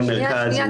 כל מרכז --- שניה,